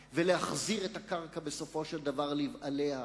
ולהחזיר את הקרקע בסופו של דבר לבעליה,